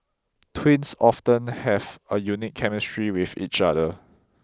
twins often have a unique chemistry with each other